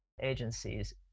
agencies